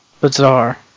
bizarre